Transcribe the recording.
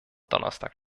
donnerstag